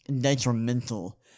detrimental